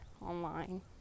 online